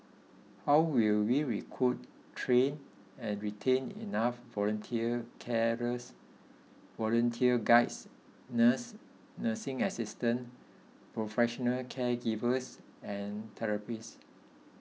how will we recruit train and retain enough volunteer carers volunteer guides nurses nursing assistants professional caregivers and therapists